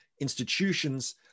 institutions